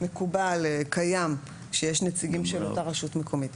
מקובל, קיים שיש נציגים של אותה רשות מקומית.